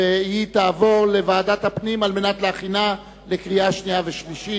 והיא תעבור לוועדת הפנים על מנת להכינה לקריאה שנייה וקריאה שלישית.